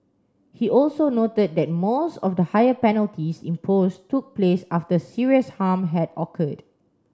he also noted that most of the higher penalties imposed took place after serious harm had occurred